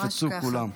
שיקפצו כולם.